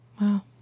Wow